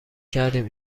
کردیم